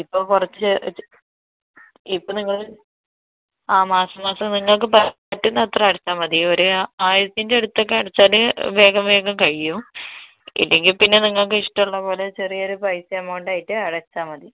ഇപ്പോൾ കുറച്ച് ഇപ്പോൾ നിങ്ങൾ ആ മാസം മാസം നിങ്ങൾക്ക് പറ്റുന്ന അത്ര അടച്ചാൽ മതി ഒരു ആയിരത്തിൻ്റെ അടുത്ത് ഒക്കെ അടച്ചാൽ വേഗം വേഗം കഴിയും ഇല്ലെങ്കിൽ പിന്നെ നിങ്ങൾക്ക് ഇഷ്ടം ഉള്ള പോലെ ചെറിയ ഒരു പൈസ എമൗണ്ട് ആയിട്ട് അടച്ചാൽ മതി